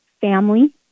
family